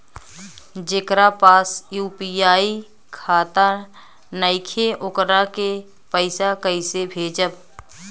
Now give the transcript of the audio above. जेकरा पास यू.पी.आई खाता नाईखे वोकरा के पईसा कईसे भेजब?